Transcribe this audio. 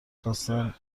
خواستن